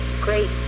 great